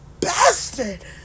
bastard